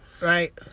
right